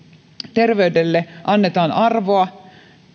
terveydelle annetaan arvoa